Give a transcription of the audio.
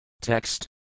Text